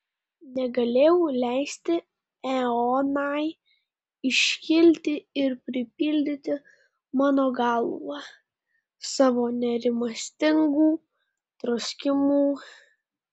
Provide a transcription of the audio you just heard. negalėjau leisti eonai iškilti ir pripildyti mano galvą savo nerimastingų troškimų